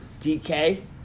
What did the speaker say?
DK